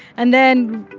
and then,